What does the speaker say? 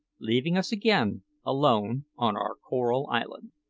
leaving us again alone on our coral island.